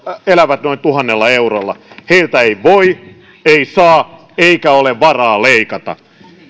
elävät noin tuhannella eurolla heiltä ei voi ei saa eikä ole varaa leikata